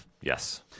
Yes